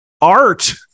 art